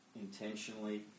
intentionally